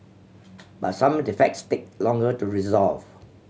but some defects take longer to resolve